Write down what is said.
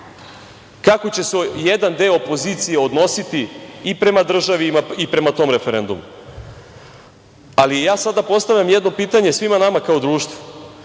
kako će se jedan deo opozicije odnositi i prema državi i prema tom referendumu. Sada postavljam jedno pitanje svima nama kao društvu